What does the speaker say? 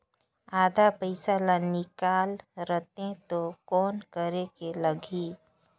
आधा पइसा ला निकाल रतें तो कौन करेके लगही?